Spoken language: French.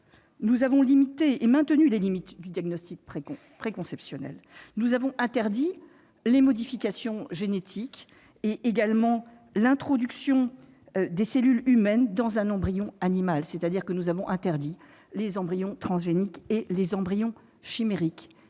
Nous avons maintenu les limites du diagnostic préconceptionnel. Nous avons interdit les modifications génétiques ainsi que l'introduction des cellules humaines dans un embryon animal- autrement dit, nous avons interdit les embryons transgéniques et les embryons chimériques.